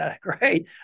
great